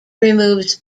removes